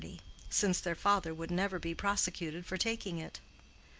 since their father would never be prosecuted for taking it.